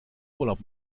urlaub